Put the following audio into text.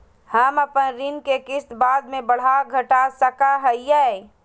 हम अपन ऋण के किस्त बाद में बढ़ा घटा सकई हियइ?